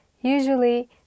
usually